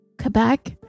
Quebec